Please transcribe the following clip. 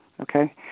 Okay